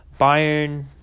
Bayern